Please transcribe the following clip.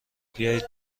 بیایید